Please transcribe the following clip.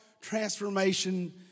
transformation